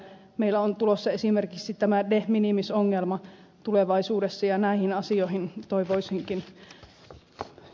meillä on tulossa esimerkiksi tämä de minimis ongelma tulevaisuudessa ja näihin asioihin toivoisinkin harkintaa